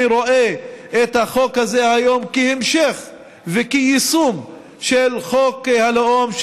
אני רואה את החוק הזה היום כהמשך וכיישום של החוק הלאום,